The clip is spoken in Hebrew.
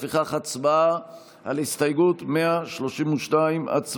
לפיכך, הצבעה על הסתייגות 132. הצבעה.